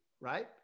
right